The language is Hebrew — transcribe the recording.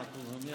אם את מעוניינת,